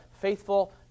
faithful